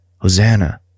Hosanna